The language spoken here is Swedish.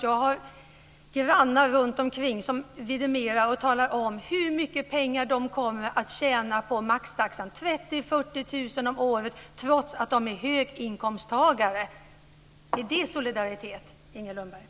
Jag har flera grannar som vidimerar att de kommer att tjäna mycket pengar på en maxtaxa - 30 000-40 000 kr om året trots att de är höginkomsttagare. Är det solidaritet, Inger Lundberg?